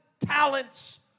talents